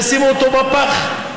וישימו אותו בפח,